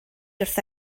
wrtha